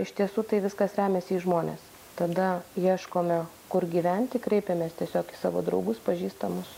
iš tiesų tai viskas remiasi į žmones tada ieškome kur gyventi kreipiamės tiesiog į savo draugus pažįstamus